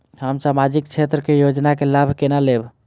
हम सामाजिक क्षेत्र के योजना के लाभ केना लेब?